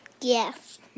Yes